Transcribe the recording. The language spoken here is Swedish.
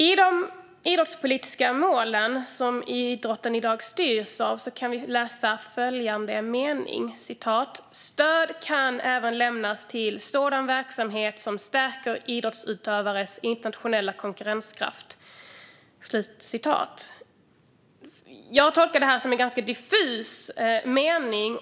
I de idrottspolitiska målen, som idrotten i dag styrs av, kan vi läsa följande mening: "Stöd kan även lämnas till sådan verksamhet som stärker idrottsutövares internationella konkurrenskraft." Jag tolkar det som en ganska diffus mening.